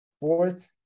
Fourth